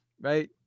right